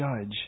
judge